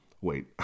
Wait